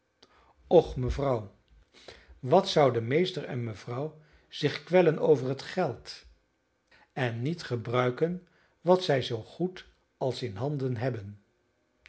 och mevrouw wat zouden meester en mevrouw zich kwellen over het geld en niet gebruiken wat zij zoo goed als in de handen hebben